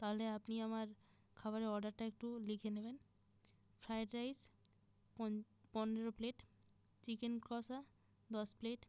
তাহলে আপনি আমার খাবারের অর্ডারটা একটু লিখে নেবেন ফ্রায়েড রাইস পনেরো প্লেট চিকেন কষা দশ প্লেট